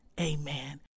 amen